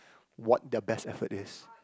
what their best effort is